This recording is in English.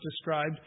described